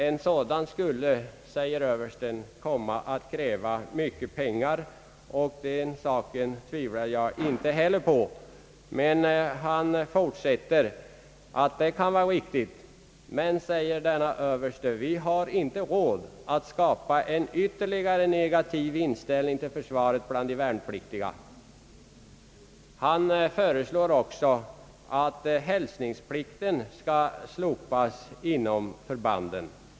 En sådan skulle kräva mycket pengar, anser han, och det tvivlar jag inte heller på. Men så fortsätter han med frågan: »Har vi råd att skapa en ytterligare negativ inställning till försvaret bland de värnpliktiga?» Översten föreslår också att hälsningsplikten slopas inom förbanden.